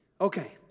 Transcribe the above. Okay